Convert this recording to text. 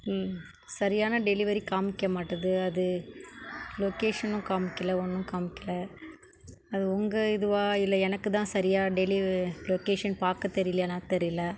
ம் சரியான டெலிவரி காம்மிக்க மாட்டுது அது லொக்கேஷனும் காம்மிக்கல ஒன்றும் காம்மிக்கல அது உங்கள் இதுவா இல்லை எனக்கு தான் சரியாக டெலிவ லொக்கேஷன் பார்க்க தெரியலையா என்ன தெரியலை